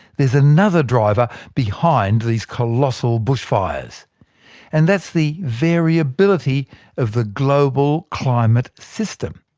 there's another driver behind these colossal bushfires and that's the variability of the global climate system.